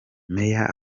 meya